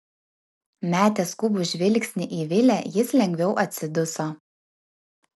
metęs skubų žvilgsnį į vilę jis lengviau atsiduso